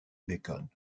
bacon